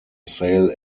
sale